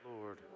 Lord